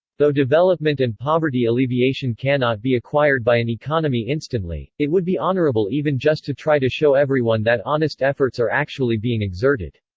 though development and poverty alleviation cannot be acquired by an economy instantly, it would be honorable even just to try to show everyone that honest efforts are actually being exerted.